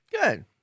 good